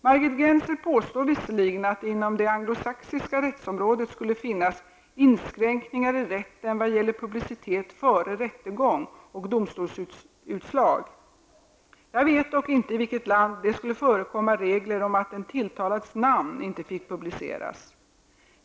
Margit Gennser påstår visserligen att det inom det anglo-sachsiska rättsområdet skulle finnas ''inskränkningar i rätten vad gäller publicitet före rättegång och domstolsutslag''. Jag vet dock inte i vilket land det skulle förekomma regler om att en tilltalads namn inte fick publiceras.